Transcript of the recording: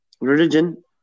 religion